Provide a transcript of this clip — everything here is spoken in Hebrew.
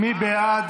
מי בעד?